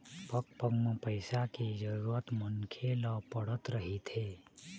पग पग म पइसा के जरुरत मनखे ल पड़त रहिथे